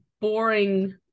boring